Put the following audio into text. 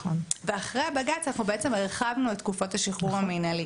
אחרי הבג"ץ אנחנו בעצם הרחבנו את תקופות השחרור המנהלי.